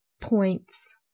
points